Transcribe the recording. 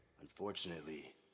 unfortunately